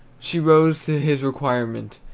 she rose to his requirement,